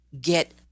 get